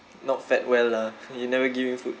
not fed well lah you never give him food